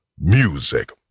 Music